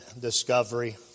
discovery